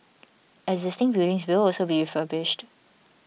existing buildings will also be refurbished